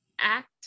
Act